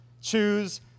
choose